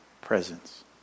presence